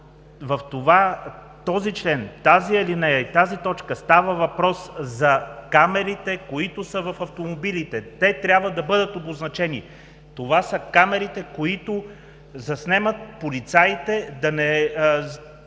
В този член, тази алинея и тази точка става въпрос за камерите, които са в автомобилите и те трябва да бъдат обозначени. Това са камерите, които заснемат полицаите, да не